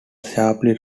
sharply